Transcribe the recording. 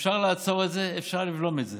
אפשר לעצור את זה, אפשר לבלום את זה.